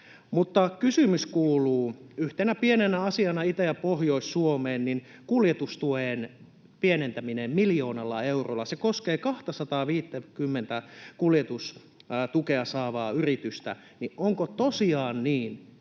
Mutta kysymys kuuluu yhtenä pienenä asiana Itä- ja Pohjois-Suomessa: Kuljetustuen pienentäminen miljoonalla eurolla koskee 250:tä kuljetustukea saavaa yritystä. Onko tosiaan niin,